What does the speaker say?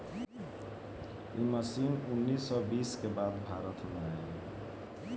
इ मशीन उन्नीस सौ बीस के बाद भारत में आईल